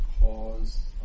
cause